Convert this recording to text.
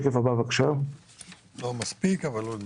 לא מספיק אבל לא נתווכח.